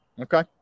Okay